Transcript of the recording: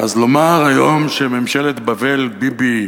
אז לומר היום שממשלת בב"ל, ביבי,